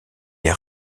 des